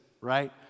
right